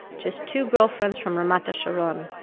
just two girlfriends from ramat hasharon,